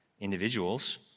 individuals